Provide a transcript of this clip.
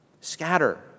Scatter